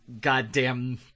goddamn